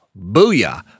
Booyah